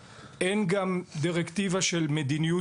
מישהו צריך לתכלל את הדבר הזה מלמעלה.